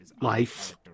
life